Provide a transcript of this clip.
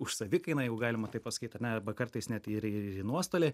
už savikainą jau galima taip pasakyt ar ne arba kartais net ir ir į nuostolį